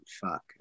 fuck